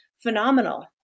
phenomenal